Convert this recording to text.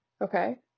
okay